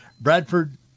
Bradford